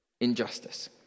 injustice